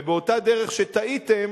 ובאותה דרך שטעיתם,